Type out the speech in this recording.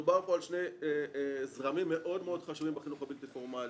מדובר פה על שני זרמים מאוד חשובים בחינוך הבלתי-פורמלי.